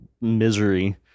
misery